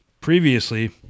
Previously